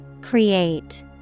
Create